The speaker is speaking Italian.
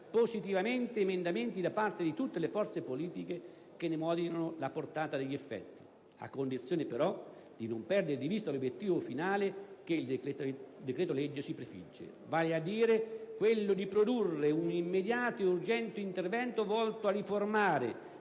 positivamente emendamenti da parte di tutte le forze politiche che ne moderino la portata degli effetti, a condizione però di non perdere di vista l'obiettivo finale che il decreto-legge si prefigge: vale a dire, quello di produrre un immediato e urgente intervento volto a riformare,